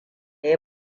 ya